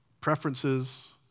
preferences